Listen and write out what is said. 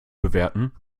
bewerten